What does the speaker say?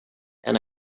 and